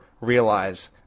realize